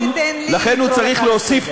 אל תיתן לי לקרוא לך לסדר.